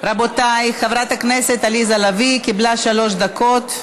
רבותיי, חברת הכנסת עליזה לביא קיבלה שלוש דקות.